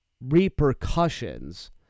repercussions